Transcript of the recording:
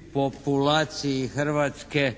depopulaciji Hrvatske,